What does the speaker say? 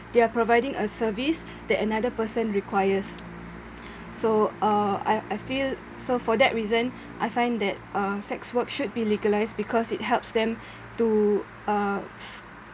they are providing a service that another person requires so uh I I feel so for that reason I find that uh sex work should be legalised because it helps them to uh